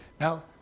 now